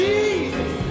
Jesus